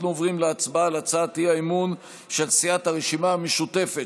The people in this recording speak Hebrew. אנחנו עוברים להצבעה על הצעת האי-אמון של סיעת הרשימה המשותפת,